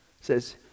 says